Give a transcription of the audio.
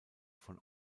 von